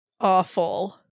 awful